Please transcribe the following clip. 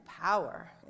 power